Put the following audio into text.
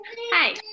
Hi